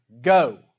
go